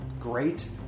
great